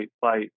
fight